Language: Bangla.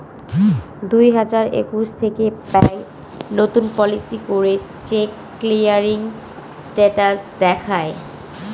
দুই হাজার একুশ থেকে ব্যাঙ্ক নতুন পলিসি করে চেক ক্লিয়ারিং স্টেটাস দেখায়